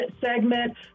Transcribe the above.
segment